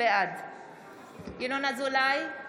בעד ינון אזולאי,